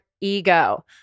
Ego